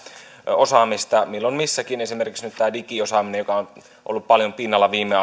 osaamista esimerkiksi nyt tätä digiosaamista joka on ollut paljon pinnalla viime